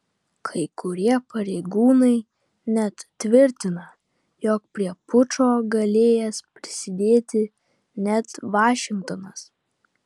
kai kurie pareigūnai net tvirtina jog prie pučo galėjęs prisidėti net vašingtonas